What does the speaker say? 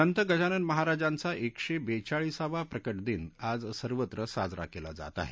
संत गजानन महाराजांचा एकशे बेचाळीसावा प्रगट दिन आज सर्वत्र साजरा केला जात आहे